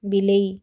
ବିଲେଇ